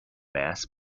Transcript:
mass